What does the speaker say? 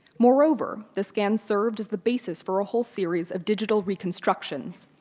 moreover, the scan served as the basis for a whole series of digital reconstructions,